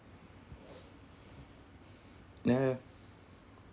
ya ya